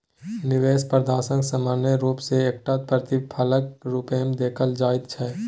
निवेश प्रदर्शनकेँ सामान्य रूप सँ एकटा प्रतिफलक रूपमे देखल जाइत छै